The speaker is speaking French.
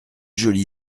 joli